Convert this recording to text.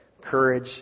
courage